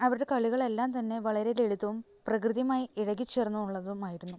അവരുടെ കളികളെല്ലാം തന്നെ വളരെ ലളിതവും പ്രകൃതിയുമായി ഇഴകി ചേർന്ന് ഉള്ളതുമായിരുന്നു